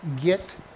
get